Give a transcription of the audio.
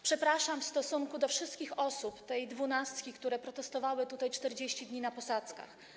Przepraszam” w stosunku do wszystkich osób, do tej dwunastki, która protestowała tutaj przez 40 dni na posadzkach.